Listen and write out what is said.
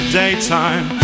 daytime